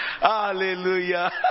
Hallelujah